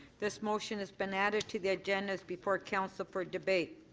this motion has been added to the agendas before council for debate.